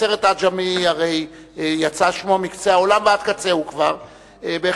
הסרט "עג'מי" יצא שמו מקצה העולם עד קצהו, בהחלט.